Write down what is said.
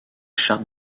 charts